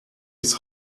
ist